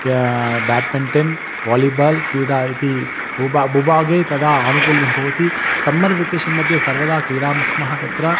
क्या badminton volleyball क्रीडा इति उब भूभागे तदा आनुकूल्यं भवति सम्मर् वेकेशन्मध्ये सर्वदा क्रीडामि स्म तत्र